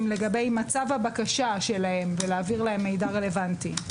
לגבי מצב הבקשה שלהם ולהעביר להם מידע רלוונטי.